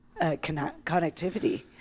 connectivity